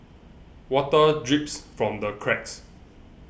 water drips from the cracks